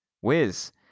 Wiz